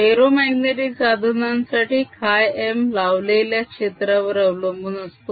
ferromagnetic साधनांसाठी χm लावलेल्या क्षेत्रावर अवलंबून असतो